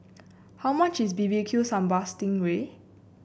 how much is B B Q Sambal Sting Ray